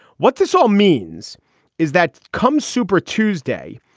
what's this all means is that come super tuesday.